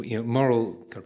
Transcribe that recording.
moral